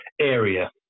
area